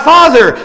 Father